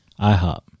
IHOP